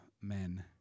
men